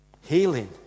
Healing